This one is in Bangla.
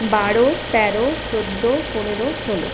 বারো তেরো চৌদ্দো পনেরো ষোলো